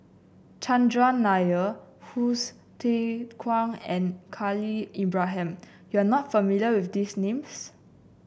Chandran Nair Hsu Tse Kwang and Khalil Ibrahim you are not familiar with these names